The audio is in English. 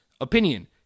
Opinion